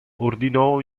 ordinò